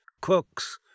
cooks